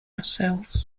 ourselves